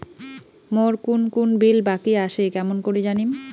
মোর কুন কুন বিল বাকি আসে কেমন করি জানিম?